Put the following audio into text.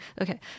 Okay